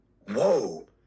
whoa